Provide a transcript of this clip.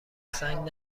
سنگ